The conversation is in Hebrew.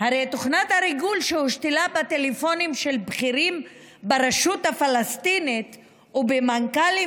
הרי תוכנת הריגול שהושתלה בטלפונים של בכירים ברשות הפלסטינית ומנכ"לים